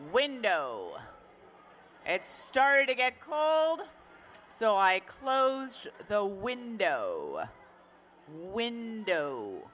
window it's starting to get cold so i close the window